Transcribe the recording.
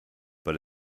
but